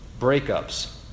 breakups